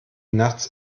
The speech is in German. nachts